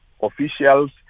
officials